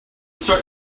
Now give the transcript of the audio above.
start